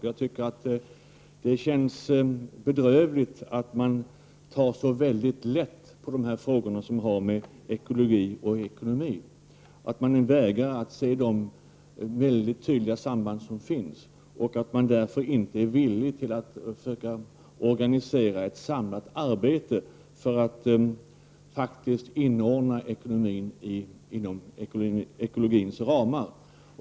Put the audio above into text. Jag tycker att det känns bedrövligt att man tar för lätt på de frågor som har med ekologi och ekonomi att göra, att man vägrar att se det mycket tydliga samband som finns och därför inte är villig att försöka organisera ett samlat arbete för att inordna ekonomin inom ekologins ramar.